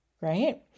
right